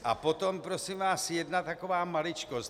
A potom prosím vás jedna taková maličkost.